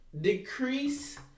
decrease